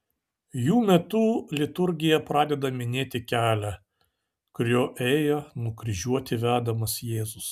jų metu liturgija pradeda minėti kelią kuriuo ėjo nukryžiuoti vedamas jėzus